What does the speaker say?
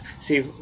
see